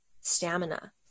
stamina